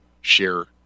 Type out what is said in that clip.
share